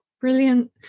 brilliant